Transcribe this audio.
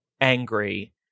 angry